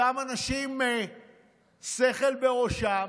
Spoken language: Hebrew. אותם אנשים, שכל בראשם,